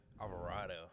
Alvarado